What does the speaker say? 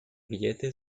billete